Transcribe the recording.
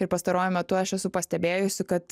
ir pastaruoju metu aš esu pastebėjusi kad